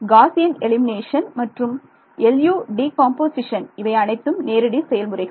Gaussian elimination மற்றும் LU decomposition இவை அனைத்தும் நேரடி செயல்முறைகள்